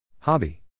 Hobby